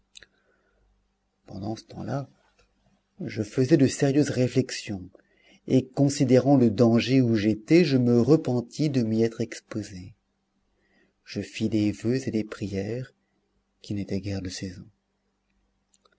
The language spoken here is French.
pendant ce temps-là je faisais de sérieuses réflexions et considérant le danger où j'étais je me repentis de m'y être exposé je fis des voeux et des prières qui n'étaient guère de saison